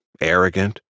arrogant